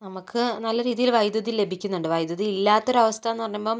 നമുക്ക് നല്ല രീതിയിൽ വൈദ്യുതി ലഭിക്കുന്നുണ്ട് വൈദ്യുതി ഇല്ലാത്തൊരവസ്ഥ എന്ന് പറയുമ്പോൾ